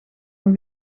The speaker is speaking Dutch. een